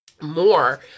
more